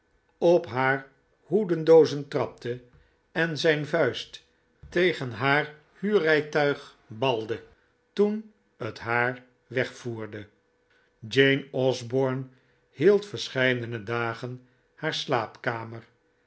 op haar hoedendoozen trapte en zijn vuist tegen haar huurrijtuig balde toen het haar wegvoerde jane osborne hield verscheidene dagen haar slaapkamer